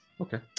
Okay